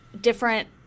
different